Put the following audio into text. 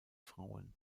frauen